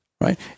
right